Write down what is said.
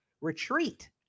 retreat